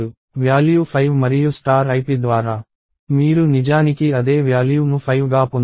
value 5 మరియు ip ద్వారా మీరు నిజానికి అదే వ్యాల్యూ ను 5 గా పొందుతారు